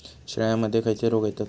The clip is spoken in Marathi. शेळ्यामध्ये खैचे रोग येतत?